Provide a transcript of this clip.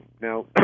Now